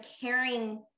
caring